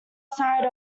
side